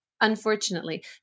unfortunately